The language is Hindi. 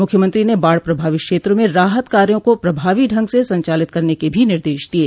मुख्यमंत्री ने बाढ़ प्रभावित क्षेत्रों में राहत कार्यो को प्रभावी ढंग से संचालित करने के भी निर्देश दिये